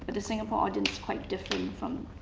but the singapore audience is quite different from,